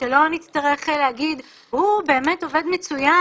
שלא נצטרך להגיד: הוא באמת עובד מצוין